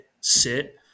sit